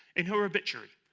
in her obituary,